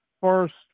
first